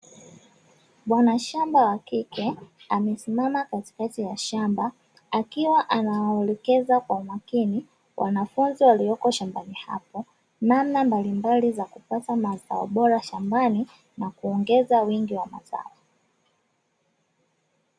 Bwana shamba wa kike amesimama katikati ya shamba akiwa anawaelekeza kwa makini wanafunzi waliyoko shambani hapo, namna mbalimbali za kupata mazao bora shambani na kuongeza wingi wa mazao.